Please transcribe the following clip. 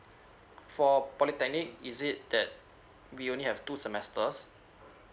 for polytechnic is it that we only have two semesters